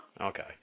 Okay